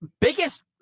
biggest